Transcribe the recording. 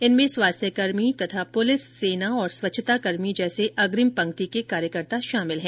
इनमें स्वास्थ्यकर्मी तथा पुलिस सेना और स्वच्छताकर्मी जैसे अग्रिम पंक्ति के कार्यकर्ता शामिल है